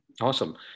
Awesome